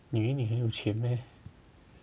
你以为你很有钱 meh